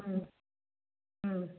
ம் ம்